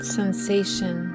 sensation